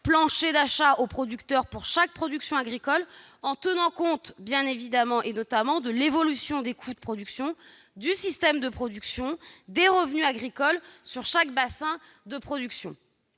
planchers d'achat aux producteurs pour chaque production agricole, en tenant notamment compte de l'évolution des coûts de production, du système de production et des revenus agricoles sur chaque bassin de production.